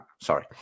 Sorry